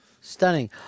stunning